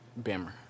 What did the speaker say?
Bammer